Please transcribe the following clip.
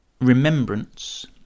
remembrance